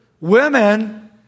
women